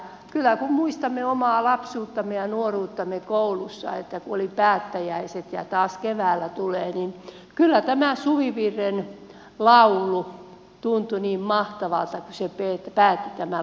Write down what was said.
kyllä kun muistamme omaa lapsuuttamme ja nuoruuttamme koulussa kun oli päättäjäiset ja taas keväällä tulee niin kyllä tämä suvivirren laulu tuntui niin mahtavalta kun se päätti lukuvuoden